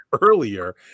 earlier